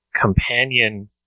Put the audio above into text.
companion